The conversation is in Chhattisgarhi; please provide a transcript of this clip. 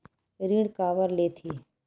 ऋण काबर लेथे?